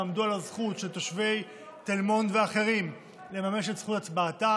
ועמדו על הזכות של תושבי תל מונד ואחרים לממש את זכות הצבעתם,